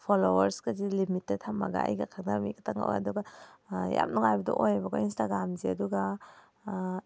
followers ꯀꯁꯤ ꯂꯤꯃꯤꯠꯇ ꯊꯝꯃꯒ ꯑꯩꯒ ꯈꯪꯅꯕ ꯃꯤ ꯈꯛꯇꯪ ꯑꯣꯏ ꯑꯗꯨꯒ ꯌꯥꯝ ꯅꯨꯡꯉꯥꯏꯕꯗꯨ ꯑꯣꯏꯔꯦꯕꯀꯣ ꯏꯟꯁꯇꯥꯒ꯭ꯔꯥꯝꯁꯦ ꯑꯗꯨꯒ